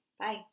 bye